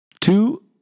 Two